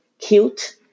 cute